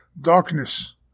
darkness